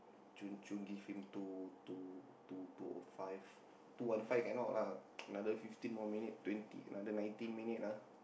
chun chun give him two two two two O five two one five cannot lah another fifteen more minute twenty lah then nineteen minute lah